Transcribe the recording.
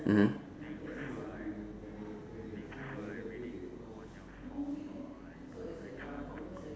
mmhmm